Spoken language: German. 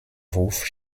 wurf